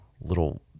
little